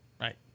right